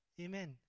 Amen